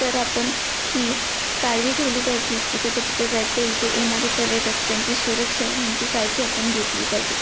तर आपण ही काळजी ठेवली पाहिजे की त्या धबधब्याच्या इथे येणाऱ्या पर्यटक त्यांची सुरक्षा ह्यांची काळजी आपण घेतली पाहिजे